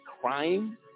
crime